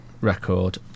record